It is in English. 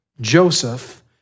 Joseph